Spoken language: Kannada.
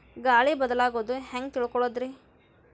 ಗಾಳಿ ಬದಲಾಗೊದು ಹ್ಯಾಂಗ್ ತಿಳ್ಕೋಳೊದ್ರೇ?